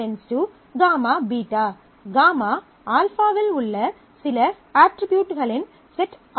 γ R இல் உள்ள சில அட்ரிபியூட்களின் செட் ஆகும்